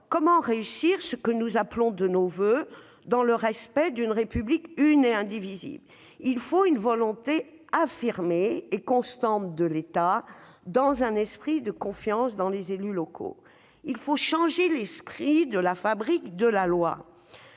Comment réussir ce que nous appelons de nos voeux dans le respect d'une République une et indivisible ? Il faut une volonté affirmée et constante de l'État, dans un esprit de confiance dans les élus locaux. Il faut aussi changer l'esprit de la fabrique de la loi.